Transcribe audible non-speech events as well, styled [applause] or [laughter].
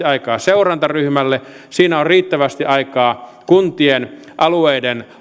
[unintelligible] aikaa seurantaryhmälle siinä on riittävästi aikaa kuntien alueiden